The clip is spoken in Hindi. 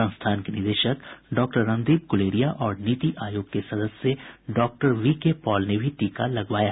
संस्थान के निदेशक डॉ रणदीप गुलेरिया और नीति आयोग के सदस्य डॉ विनोद पॉल ने भी टीका लगवाया